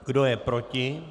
Kdo je proti?